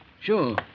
Sure